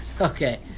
Okay